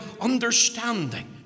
understanding